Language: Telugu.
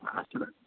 అట్లా